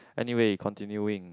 anyway continuing